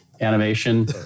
Animation